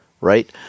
right